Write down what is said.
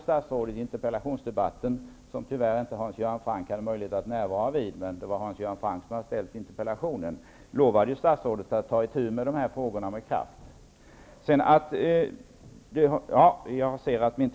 Franck tyvärr inte hade möjlighet att närvara vid, trots att det var han som hade framställt interpellationen -- lovade ju statsrådet att ta itu med de här frågorna med kraft.